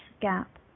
Gap